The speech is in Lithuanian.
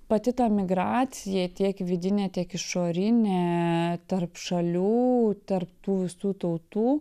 pati ta migracija tiek vidinė tiek išorinė tarp šalių tarp tų visų tautų